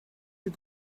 you